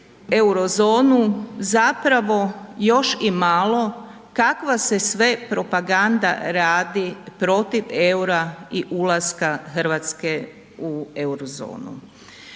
euro zonu zapravo još i malo kakva se sve propaganda radi protiv EUR-a i ulaska Hrvatske u euro zonu.